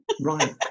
Right